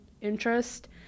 interest